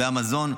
והמזון,